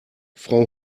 frau